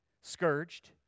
scourged